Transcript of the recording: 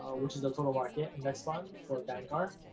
which is the total market index fund for vanguard.